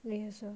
then you as well